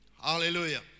Hallelujah